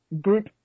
group